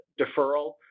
deferral